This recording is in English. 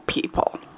people